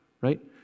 right